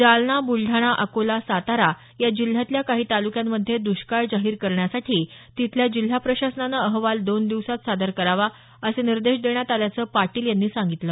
जालना ब्लढाणा अकोला सातारा या जिल्ह्यातल्या काही तालुक्यांमध्ये दष्काळ जाहीर करण्यासाठी तिथल्या जिल्हा प्रशासनानं अहवाल दोन दिवसांत सादर करावा असे निर्देश देण्यात आल्याचं पाटील यांनी सांगितलं